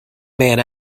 man